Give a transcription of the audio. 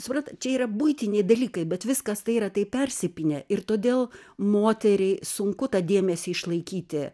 suprantat čia yra buitiniai dalykai bet viskas tai yra taip persipynę ir todėl moteriai sunku tą dėmesį išlaikyti